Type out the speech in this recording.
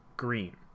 green